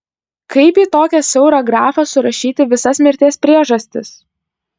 kaip į tokią siaurą grafą surašyti visas mirties priežastis